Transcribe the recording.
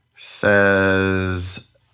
says